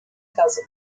cousin